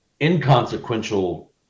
inconsequential